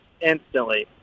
instantly